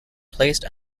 placed